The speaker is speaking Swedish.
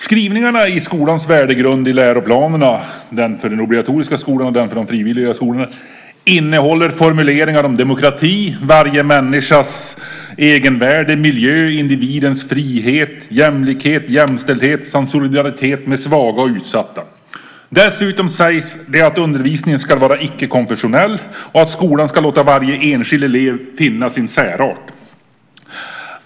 Skrivningarna om skolans värdegrund i läroplanerna, den för den obligatoriska skolan och den för de frivilliga skolorna, innehåller formuleringar om demokrati, varje människas egenvärde, miljö, individens frihet, jämlikhet, jämställdhet samt solidaritet med svaga och utsatta. Dessutom sägs det att undervisningen ska vara icke-konfessionell och att skolan ska låta varje enskild elev finna sin särart.